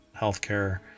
healthcare